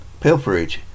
pilferage